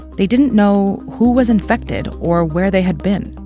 they didn't know who was infected or where they had been.